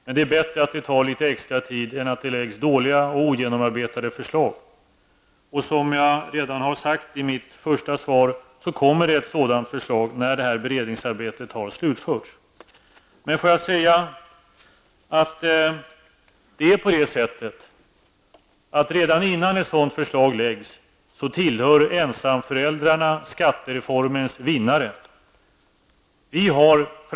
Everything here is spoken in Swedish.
Det är dock bättre att det tar litet extra tid än att det läggs fram dåliga och ogenomarbetade förslag. Som jag redan sade i mitt första inlägg, kommer ett förslag när beredningsarbetet har slutförts. Redan innan ett förslag läggs fram tillhör ensamföräldrarna skattereformens vinnare.